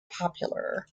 popular